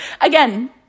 again